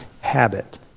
habit